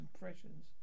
impressions